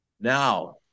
Now